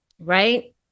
right